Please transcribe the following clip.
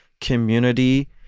community